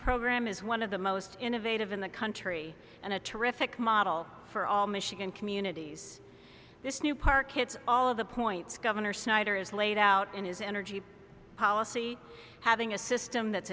program is one of the most innovative in the country and a terrific model for all michigan communities this new park hits all the points governor snyder is laid out in his energy policy having a system that's